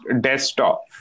desktop